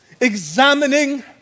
examining